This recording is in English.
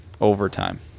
overtime